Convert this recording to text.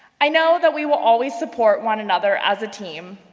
i know that we will always support one another as a team.